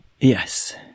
Yes